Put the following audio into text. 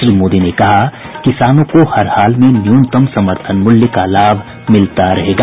श्री मोदी ने कहा किसानों को हरहाल में न्यूनतम समर्थन मूल्य का लाभ मिलता रहेगा